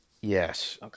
Yes